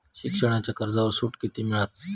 शिक्षणाच्या कर्जावर सूट किती मिळात?